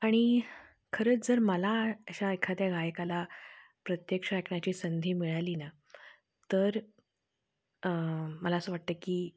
आणि खरंच जर मला अशा एखाद्या गायकाला प्रत्यक्ष ऐकण्याची संधी मिळाली ना तर मला असं वाटतं की